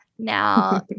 Now